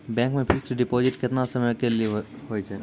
Bank मे fixed deposit केतना समय के लेली होय छै?